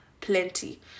plenty